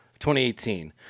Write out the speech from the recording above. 2018